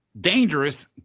dangerous